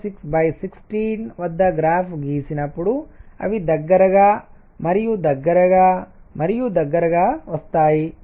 6 16 వద్ద గ్రాఫ్ గీసినప్పుడు అవి దగ్గరగా మరియు దగ్గరగా మరియు దగ్గరగా వస్తాయి